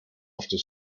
after